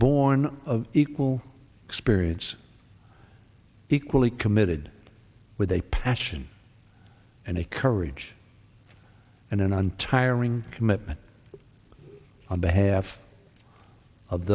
born of equal experience equally committed with a passion and a courage and an untiring commitment on behalf of